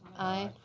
aye.